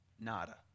Nada